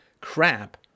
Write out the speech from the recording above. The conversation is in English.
crap